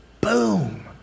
boom